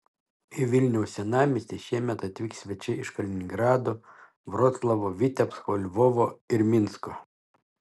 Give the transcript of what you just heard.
į vilniaus senamiestį šiemet atvyks svečiai iš kaliningrado vroclavo vitebsko lvovo ir minsko